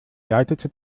leitete